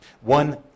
One